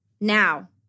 now